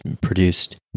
produced